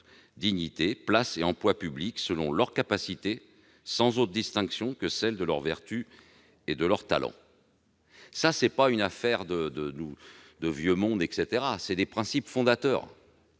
dignités, places et emplois publics, selon leur capacité, et sans autre distinction que celle de leurs vertus et de leurs talents. » Il n'est pas question de « vieux monde », c'est un principe fondateur